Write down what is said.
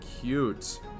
Cute